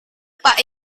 pak